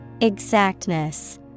Exactness